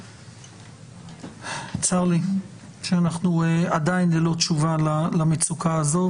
צר לי שאנחנו עדיין ללא תשובה למצוקה הזו,